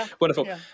Wonderful